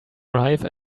arrive